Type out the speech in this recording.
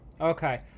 Okay